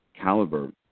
caliber